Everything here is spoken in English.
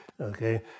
okay